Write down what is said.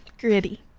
Gritty